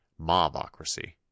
mobocracy